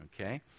Okay